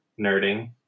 nerding